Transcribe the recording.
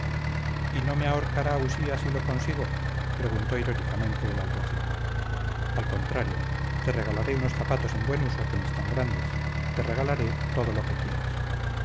y no me ahorcará usía si lo consigo prosiguió irónicamente el alguacil al contrario te regalaré unos zapatos en buen uso que me están grandes te regalaré todo lo que quieras